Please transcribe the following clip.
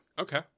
okay